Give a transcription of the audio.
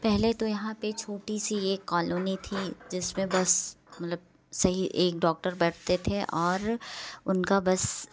पहले तो यहाँ पे छोटी सी एक कॉलोनी थी जिसमें बस मतलब सही एक डॉक्टर बैठते थे और उनका बस